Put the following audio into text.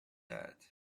that